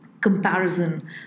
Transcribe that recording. comparison